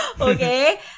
Okay